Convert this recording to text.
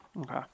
Okay